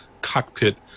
cockpit